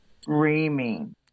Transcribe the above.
screaming